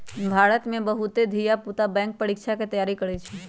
भारत में बहुते धिया पुता बैंक परीकछा के तैयारी करइ छइ